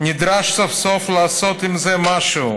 נדרש סוף-סוף לעשות עם זה משהו,